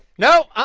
no,